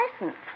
license